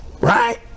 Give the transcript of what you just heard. Right